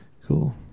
Cool